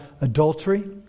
adultery